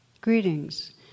Greetings